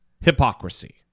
hypocrisy